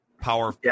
power